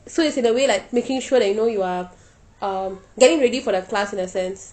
so it's in a way like making sure that you know you are um getting ready for the class in a sense